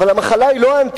אבל המחלה היא לא האנטישמיות,